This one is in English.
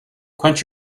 quench